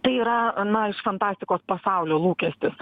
tai yra na iš fantastikos pasaulio lūkestis